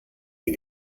den